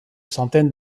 centaine